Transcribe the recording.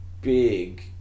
big